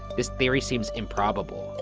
this theory seems improbable,